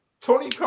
Tony